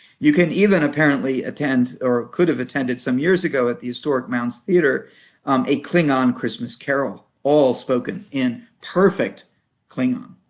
you can even, apparently attend, or could've attended some years ago at the historic mounds theater a klingon christmas carol all spoken in perfect klingon.